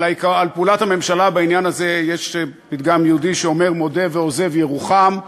על פעולת הממשלה בעניין הזה יש פתגם יהודי שאומר: מודה ועוזב ירוחם.